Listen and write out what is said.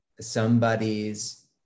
somebody's